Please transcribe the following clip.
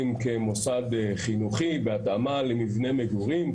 כמוסד חינוכי בהתאמה למבנה מגורים,